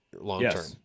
long-term